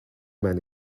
man